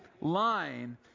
line